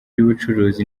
y’ubucuruzi